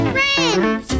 Friends